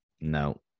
No